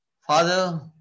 Father